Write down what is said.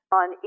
on